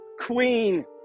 queen